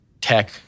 tech